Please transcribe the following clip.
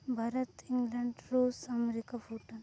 Bharat England ᱨᱩᱥ America Bhutan